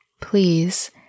please